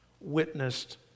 witnessed